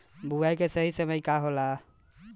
बुआई के सही समय का होला?